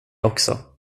också